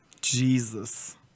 jesus